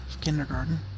kindergarten